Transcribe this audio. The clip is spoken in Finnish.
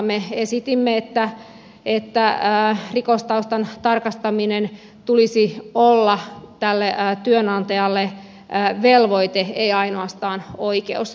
me esitimme että rikostaustan tarkastamisen tulisi olla työnantajalle velvoite ei ainoastaan oikeus